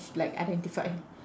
like identify